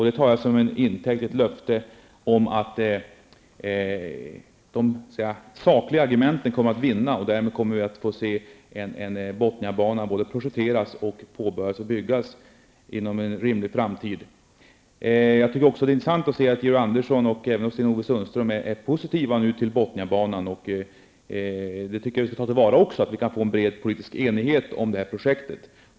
Det tar jag som intäkt för ett löfte om att de sakliga argumenten kommer att vinna, så att vi kommer att få se en Bothniabana både projekteras och byggas inom en rimlig framtid. Det är intressant att notera att både Georg Andersson och Sten-Ove Sundström är positiva till Bothniabanan. Det skall vi ta till vara så att vi kan få en bred politisk enighet i denna fråga.